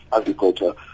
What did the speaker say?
agriculture